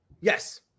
Yes